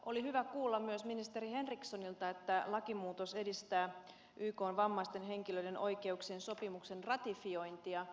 oli hyvä kuulla myös ministeri henrikssonilta että lakimuutos edistää ykn vammaisten henkilöiden oikeuksien sopimuksen ratifiointia